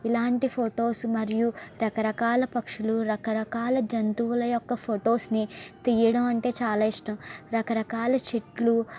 ఇలాంటి ఫొటోస్ మరియు రకరకాల పక్షులు రకరకాల జంతువుల యొక్క ఫోటోస్ని తీయడమంటే చాలా ఇష్టం రకరకాల చెట్లు